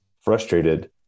frustrated